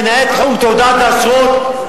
מנהל תחום תעודות ואשרות,